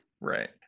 Right